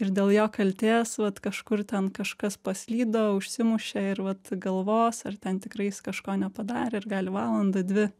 ir dėl jo kaltės vat kažkur ten kažkas paslydo užsimušė ir vat galvos ar ten tikrai jis kažko nepadarė ir gali valandą dvi